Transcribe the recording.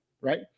right